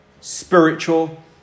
Spiritual